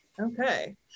Okay